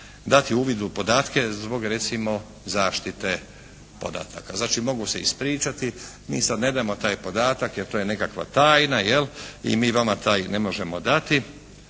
dati uvid u podatke zbog recimo zaštite podataka. Znači, mogu se ispričati, mi sad ne damo taj podatak jer to je nekakva tajna jel', i mi vam taj ne možemo dati.